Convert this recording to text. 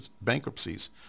bankruptcies